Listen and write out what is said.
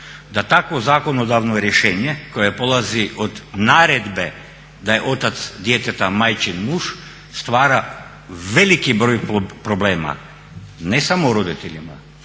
da takvo zakonodavno rješenje koje polazi od naredbe da je otac djeteta majčin muž stvara veliki broj problema, ne samo roditeljima